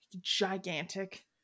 gigantic